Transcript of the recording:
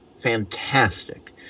fantastic